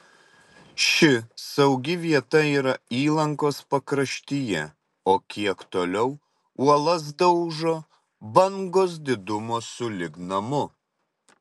ši saugi vieta yra įlankos pakraštyje o kiek toliau uolas daužo bangos didumo sulig namu